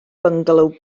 byngalo